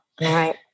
right